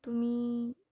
तुम्ही